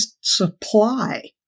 supply